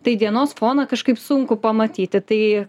tai dienos foną kažkaip sunku pamatyti tai